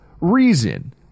reason